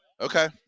okay